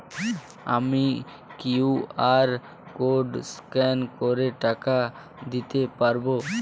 আমি QR code scan করে টাকা দিতে পারবো?